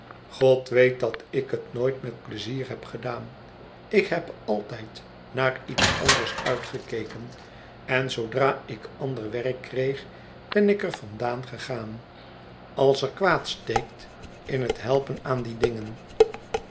god weet dat ik het nooit met pleizier heb gedaan ik heb altijd naar lets anders uitgekeken en zoodra ik ander werk kreeg ben ik er vandaan gegaan als er kwaad steekt in het helpen aan die dingen